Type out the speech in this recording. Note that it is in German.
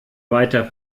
weiter